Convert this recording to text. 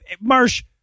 Marsh